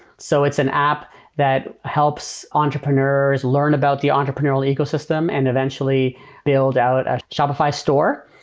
so it's an app that helps entrepreneurs learn about the entrepreneurial ecosystem and eventually build out a shopify store.